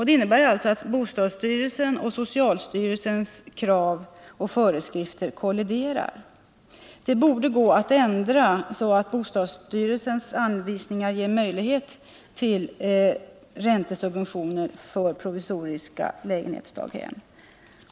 Det innebär alltså att bostadsstyrelsens och socialstyrelsens krav och föreskrifter kolliderar. Det borde gå att ändra detta, så att bostadsstyrelsens anvisningar ger möjlighet till räntesubventioner för provisoriska lägenhetsdaghem.